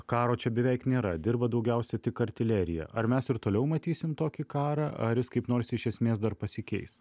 karo čia beveik nėra dirba daugiausia tik artilerija ar mes ir toliau matysim tokį karą ar jis kaip nors iš esmės dar pasikeis